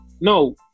No